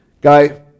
Guy